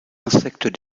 insectes